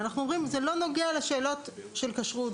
ואנחנו אומרים: זה לא נוגע לשאלות של כשרות,